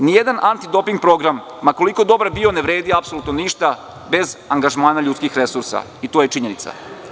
Nijedan antidoping program ma koliko dobar bio ne vrede apsolutno ništa bez angažmana ljudskih resursa i to je činjenica.